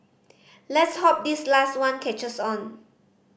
let's hope this last one catches on